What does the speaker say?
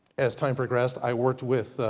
as time progressed i worked with,